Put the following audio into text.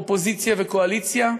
אופוזיציה וקואליציה,